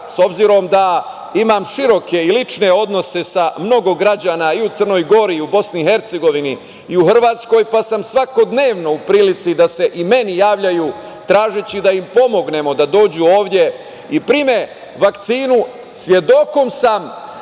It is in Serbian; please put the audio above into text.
s obzirom da imam široke i lične odnose sa mnogo građana i u Crnoj Gori i u BiH i u Hrvatskoj, pa sam svakodnevno u prilici da se i meni javljaju tražeći da im pomognemo da dođu ovde i prime vakcinu, svedok sam